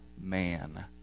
man